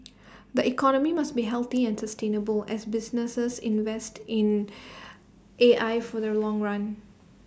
the economy must be healthy and sustainable as businesses invest in A I for the long run